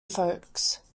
folks